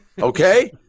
Okay